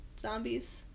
zombies